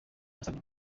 yasabwe